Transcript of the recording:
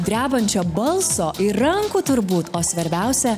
drebančio balso ir rankų turbūt o svarbiausia